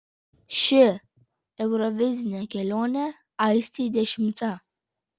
ši eurovizinė kelionė aistei dešimta